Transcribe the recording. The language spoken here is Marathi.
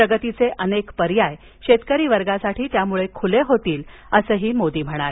प्रगतीचे अनेक पर्याय शेतकरी वर्गासाठी त्यामुळे खुले होतील असंही मोदी म्हणाले